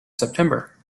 september